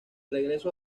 regreso